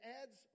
adds